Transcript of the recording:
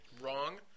Wrong